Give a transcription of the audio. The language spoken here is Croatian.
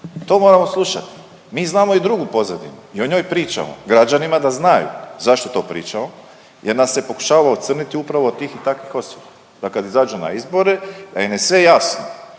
To moramo slušati, mi znamo i drugu pozadinu i o njoj pričamo građanima da znaju zašto to pričamo, jer nas se pokušava ocrniti upravo od tih i takvih osoba, da kad izađu na izbore, da im je sve jasno.